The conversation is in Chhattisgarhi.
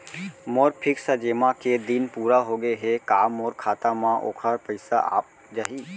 मोर फिक्स जेमा के दिन पूरा होगे हे का मोर खाता म वोखर पइसा आप जाही?